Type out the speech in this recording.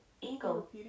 eagle